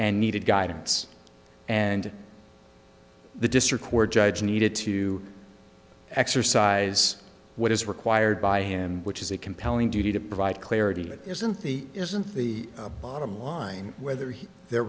and needed guidance and the district court judge needed to exercise what is required by hand which is a compelling duty to provide clarity that isn't the isn't the bottom line whether he there